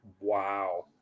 wow